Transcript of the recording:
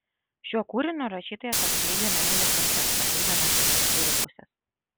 šiuo kūriniu rašytojas atskleidžia meilės kančias pateikdamas jas iš vyrų pusės